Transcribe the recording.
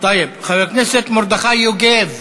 חבר הכנסת מרדכי יוגב,